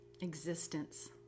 existence